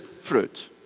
fruit